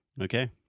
Okay